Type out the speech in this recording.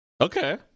Okay